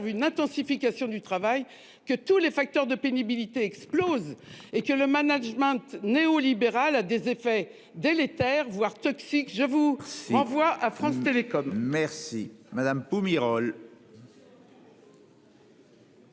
une intensification du travail, que tous les facteurs de pénibilité explosent et que le management néolibéral a des effets délétères, voire toxiques- je vous renvoie à France Télécom ! La parole